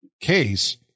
case